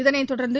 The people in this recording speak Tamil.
இதனைத் தொடர்ந்து